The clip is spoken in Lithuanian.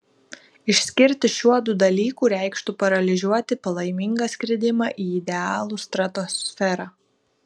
išskirti šiuodu dalyku reikštų paralyžiuoti palaimingą skridimą į idealų stratosferą